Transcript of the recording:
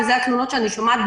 ואלו התלונות שאני שומעת,